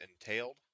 entailed